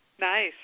Nice